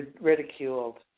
ridiculed